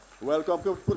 Welcome